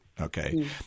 Okay